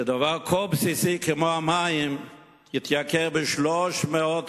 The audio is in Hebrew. שדבר כה בסיסי כמו המים יתייקר ב-300%,